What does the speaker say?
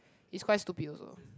is quite stupid also